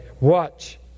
Watch